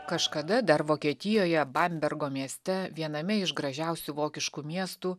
kažkada dar vokietijoje bambergo mieste viename iš gražiausių vokiškų miestų